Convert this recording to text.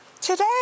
today